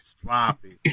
sloppy